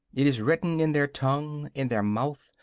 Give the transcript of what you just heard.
it is written in their tongue, in their mouth,